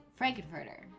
Frankenfurter